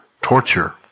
torture